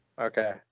Okay